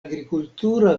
agrikultura